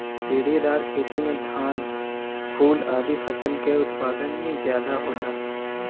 सीढ़ीदार खेती में धान, फूल आदि फसल कअ उत्पादन ज्यादा होला